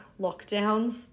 lockdowns